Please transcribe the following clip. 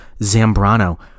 Zambrano